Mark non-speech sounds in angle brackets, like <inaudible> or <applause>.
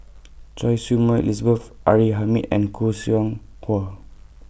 <noise> Choy Su Moi Elizabeth R A Hamid and Khoo Seow Hwa